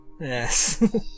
Yes